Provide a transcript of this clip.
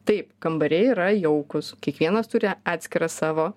taip kambariai yra jaukus kiekvienas turi atskirą savo